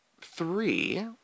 three